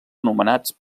anomenats